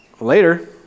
later